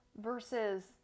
versus